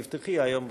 תפתחי היום,